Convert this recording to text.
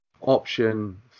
option